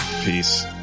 Peace